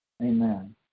Amen